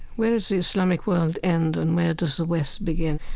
where does the islamic world end and where does the west begin?